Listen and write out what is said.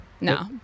No